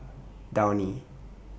Downy